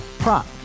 Prop